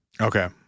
Okay